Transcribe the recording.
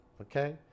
Okay